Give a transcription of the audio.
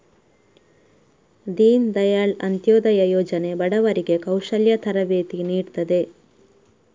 ದೀನ್ ದಯಾಳ್ ಅಂತ್ಯೋದಯ ಯೋಜನೆ ಬಡವರಿಗೆ ಕೌಶಲ್ಯ ತರಬೇತಿ ನೀಡ್ತದೆ